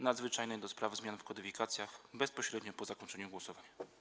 Nadzwyczajnej do spraw zmian w kodyfikacjach - bezpośrednio po zakończeniu głosowań.